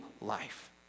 life